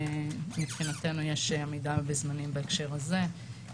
יש עמידה בזמנים בהקשר הזה.